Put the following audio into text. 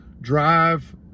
drive